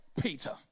Peter